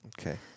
Okay